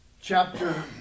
Chapter